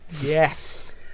Yes